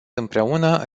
împreună